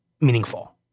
meaningful